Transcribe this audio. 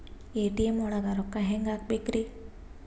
ATM ಒಳಗ್ ರೊಕ್ಕ ಹೆಂಗ್ ಹ್ಹಾಕ್ಬೇಕ್ರಿ?